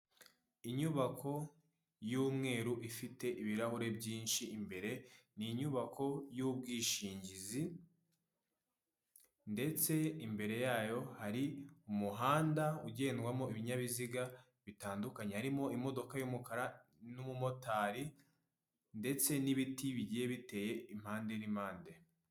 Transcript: Inyubako y'umweru ifite ibirahure byinshi imbere, ni inyubako y'ubwishingizi ndetse imbere yayo hari umuhanda ugendwamo ibinyabiziga bitandukanye harimo imodoka y'umukara n'umumotari ndetse n'ibiti bigiye biteye impande n'impande.